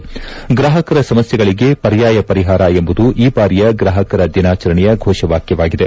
ಗ್ರಾಹಕರ ಸಮಸ್ಥೆಗಳಿಗೆ ಪರ್ಯಾಯ ಪರಿಹಾರ ಎಂಬುದು ಈ ಬಾರಿಯ ಗ್ರಾಹಕರ ದಿನಾಚರಣೆಯ ಘೋಷ ವಾಕ್ಕವಾಗಿದೆ